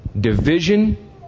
Division